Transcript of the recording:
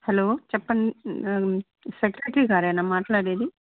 hello చెప్పండి secretary గారేనా మాట్లాడేది